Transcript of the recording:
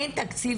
אין תקציב